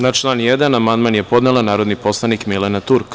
Na član 1. amandman je podnela narodni poslanik Milena Turk.